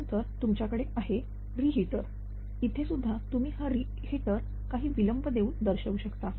त्यानंतर तुमच्याकडे आहे रि हिटर इथेसुद्धा तुम्ही हा रि हिटर काही विलंब देऊन दर्शवू शकता